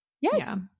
yes